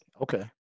Okay